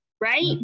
right